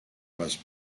must